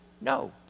No